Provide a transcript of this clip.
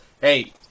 hey